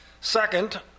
Second